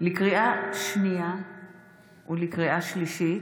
לקריאה שנייה ולקריאה שלישית: